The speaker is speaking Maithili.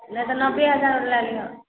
नै तऽ नब्बे हजार बला लिअ